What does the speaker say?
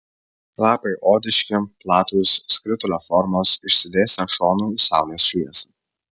lapai odiški platūs skritulio formos išsidėstę šonu į saulės šviesą